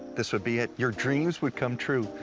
this would be it your dreams would come true.